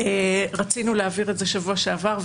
רצינו להעביר את זה בשבוע שעבר,